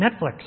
Netflix